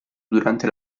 durante